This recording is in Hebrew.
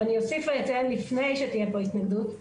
אני אוסיף ואומר, לפני שתהיה כאן התנגדות,